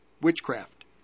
witchcraft